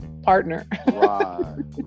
partner